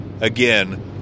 again